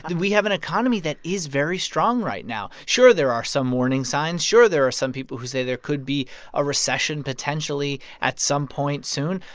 and we have an economy that is very strong right now. sure, there are some warning signs. sure, there are some people who say there could be a recession potentially at some point soon.